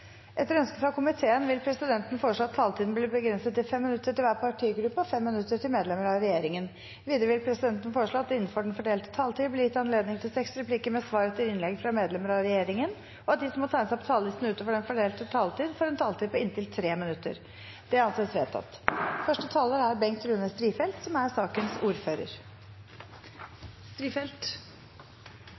Etter ønske fra transport- og kommunikasjonskomiteen vil presidenten foreslå at taletiden blir begrenset til 5 minutter til hver partigruppe og 5 minutter til medlemmer av regjeringen. Videre vil presidenten foreslå at det – innenfor den fordelte taletid – blir gitt anledning til inntil seks replikker med svar etter innlegg fra medlemmer av regjeringen, og at de som måtte tegne seg på talerlisten utover den fordelte taletid, får en taletid på inntil 3 minutter. – Det anses vedtatt. Vi er